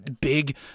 big